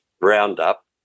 Roundup